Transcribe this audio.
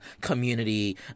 community